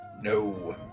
no